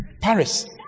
Paris